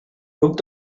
grup